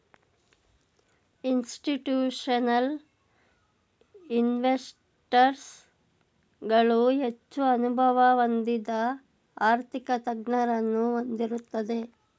institutional investors ಗಳು ಹೆಚ್ಚು ಅನುಭವ ಹೊಂದಿದ ಆರ್ಥಿಕ ತಜ್ಞರನ್ನು ಹೊಂದಿರುತ್ತದೆ